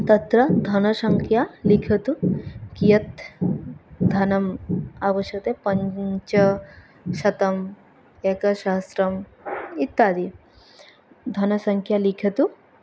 तत्र धनसङ्ख्या लिखतु कियत् धनं आवश्यकं पञ्चशतम् एकसहस्त्रम् इत्यादि धनसङ्ख्या लिखतु